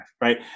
right